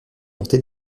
monter